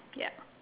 ya